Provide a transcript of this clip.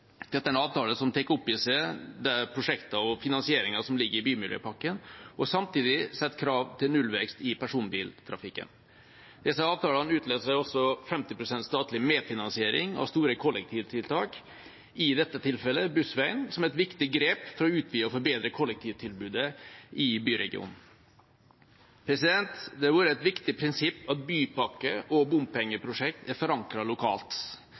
Dette er en avtale som tar opp i seg de prosjektene og den finansieringen som ligger i bymiljøpakken, og som samtidig setter krav til nullvekst i personbiltrafikken. Disse avtalene utløser også 50 pst. statlig medfinansiering av store kollektivtiltak, i dette tilfellet Bussveien, som er et viktig grep for å utvide og forbedre kollektivtilbudet i byregionen. Det har vært et viktig prinsipp at bypakker og bompengeprosjekter er forankret lokalt.